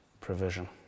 provision